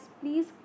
please